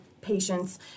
patients